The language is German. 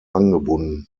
angebunden